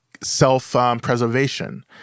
self-preservation